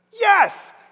Yes